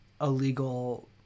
illegal